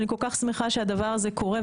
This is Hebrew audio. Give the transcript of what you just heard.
אני כל כך שמחה שהדבר הזה קורה,